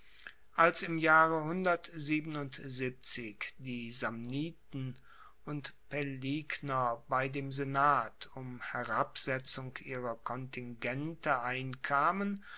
als im jahre die samniten und paeligner bei dem senat um herabsetzung ihrer kontingente